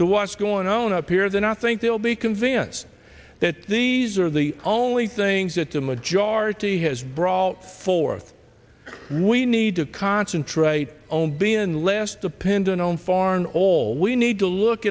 to what's going on up here than i think they'll be convinced that these are the only things that the majority has brought for we need to concentrate on being less dependent on foreign oil we need to look